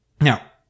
Now